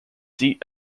seat